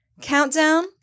countdown